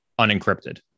unencrypted